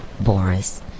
Boris